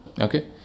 okay